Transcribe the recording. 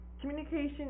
Communication